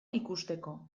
ikusteko